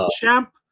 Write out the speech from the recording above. champ